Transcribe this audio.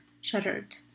shuddered